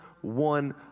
one